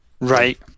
Right